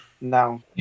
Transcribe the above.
no